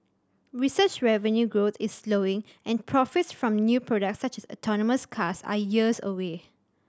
research revenue growth is slowing and profits from new products such as autonomous cars are years away